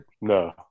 No